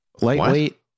Lightweight